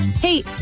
Hey